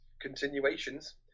Continuations